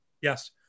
Yes